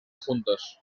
juntos